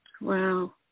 Wow